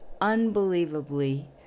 unbelievably